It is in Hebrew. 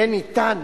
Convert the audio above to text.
יהיה ניתן